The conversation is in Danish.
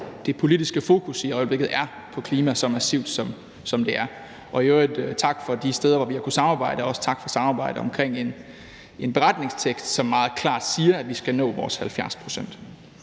det politiske fokus i øjeblikket er på klimaet så massivt, som det er. Og i øvrigt tak for de steder, hvor vi har kunnet samarbejde, og også tak for samarbejdet omkring en vedtagelsestekst , som meget klart siger, at vi skal nå vores 70 pct.